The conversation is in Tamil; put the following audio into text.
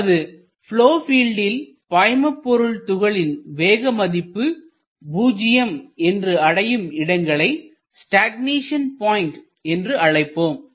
நமது ப்லொவ் பீல்டில் பாய்மபொருள் துகளின் வேகம் மதிப்பு பூஜ்யம் என்று அடையும் இடங்களை ஸ்டக்நேஷன் பாயிண்ட் என்று அழைப்போம்